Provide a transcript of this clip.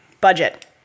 budget